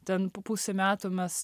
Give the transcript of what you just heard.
ten po pusę metų mes